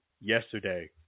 yesterday